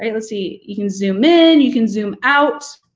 and let's see, you can zoom in. you can zoom out.